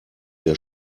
der